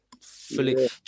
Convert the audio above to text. fully